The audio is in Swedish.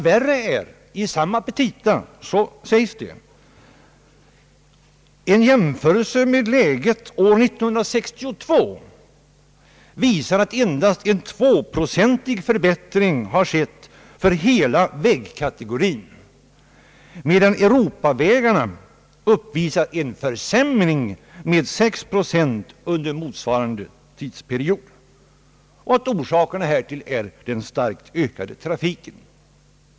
Värre är att i samma petita skrivs att en jämförelse med läget år 1962 visar att endast en tvåprocentig förbättring har skett för hela vägkategorin, medan Europavägarna uppvisar en försämring med 6 procent under motsvarande tidsperiod. Orsakerna härtill är den starkt ökade trafiken.